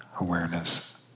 awareness